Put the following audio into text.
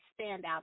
standout